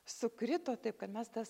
sukrito taip kad mes tas